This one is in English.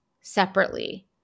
separately